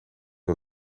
wil